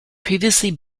previously